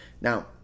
Now